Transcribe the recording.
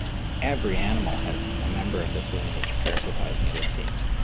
every animal has a member of this lineage parasitising it, it seems.